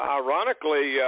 ironically